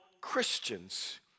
Christians